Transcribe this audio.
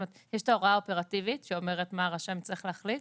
יש את ההוראה האופרטיבית שאומרת מה הרשם צריך להחליט,